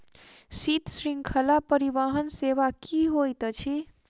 शीत श्रृंखला परिवहन सेवा की होइत अछि?